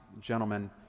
gentlemen